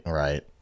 right